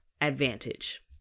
Advantage